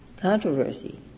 controversy